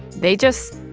they just